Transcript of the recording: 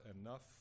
enough